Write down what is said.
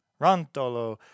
Rantolo